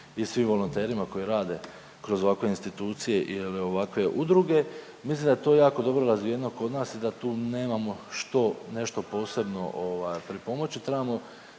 i svim volonterima koji rade kroz ovakve institucije ili ovakve udruge. Mislim da je to jako dobro razvijeno kod nas i da tu nemamo što nešto posebno ovaj pripomoći.